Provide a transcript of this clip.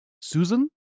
Susan